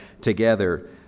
together